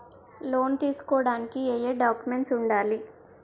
Loan తీసుకోడానికి ఏయే documents వుండాలి?